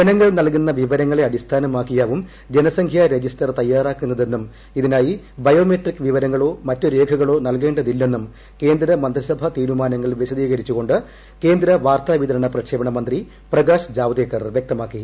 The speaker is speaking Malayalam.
ജനങ്ങൾ നൽകുന്ന വിവരങ്ങളെ അടിസ്ഥാനമാക്കിയാവും ജനസംഖ്യാ രജിസ്റ്റർ തയ്യാറാക്കുന്നതെന്നും ഇതിനായി ബയോമെട്രിക് വിവരങ്ങളോ മറ്റ് രേഖകളോ നൽകേണ്ടതില്ലെന്നും കേന്ദ്ര മന്ത്രിസഭാ തീരുമാനങ്ങൾ വിശദീകരിച്ചുകൊണ്ട് കേന്ദ്രവാർത്താവിതരണ പ്രക്ഷേപണമന്ത്രി പ്രകാശ് ജാവ്ദേക്കർ വ്യക്തമാക്കി